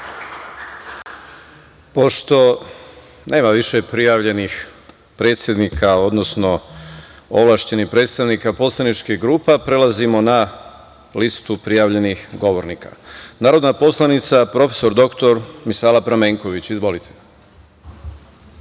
nema više prijavljenih predsednika, odnosno ovlašćenih predstavnika poslaničkih grupa, prelazimo na listu prijavljenih govornika. Reč ima narodna poslanica prof. dr Misala Pramenković. Izvolite.